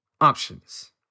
options